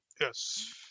Yes